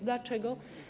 Dlaczego?